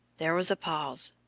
there was a pause.